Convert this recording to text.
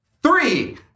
Three